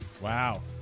Wow